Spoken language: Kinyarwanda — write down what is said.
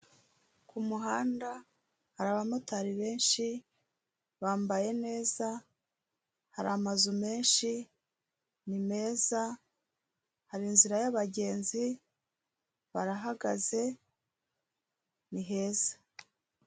Ku muhanda hari abamotari benshi, bambaye neza, hari amazu menshi ,ni meza, hari inzira y'abagenzi, barahagaze, ni heza.